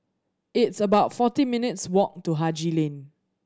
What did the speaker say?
it's about forty minutes' walk to Haji Lane